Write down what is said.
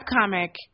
comic